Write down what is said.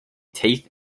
teeth